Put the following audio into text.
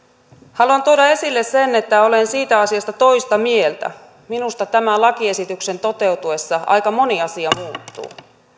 haluan tuoda esille sen että olen siitä asiasta toista mieltä minusta tämän lakiesityksen toteutuessa aika moni asia muuttuu